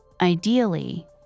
ideally